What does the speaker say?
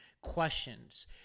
questions